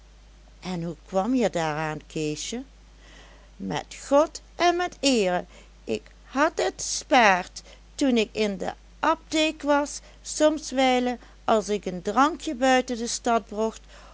en hoe kwam je daaraan keesje met god en met eere ik had et gespaard toen ik in de apteek was somwijlen als ik n drankje buiten de stad